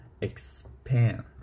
expand